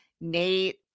Nate